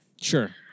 Sure